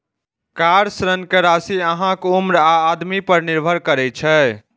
car ऋण के राशि अहांक उम्र आ आमदनी पर निर्भर करै छै